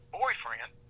boyfriend